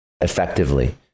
effectively